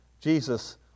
Jesus